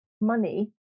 money